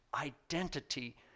identity